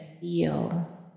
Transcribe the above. feel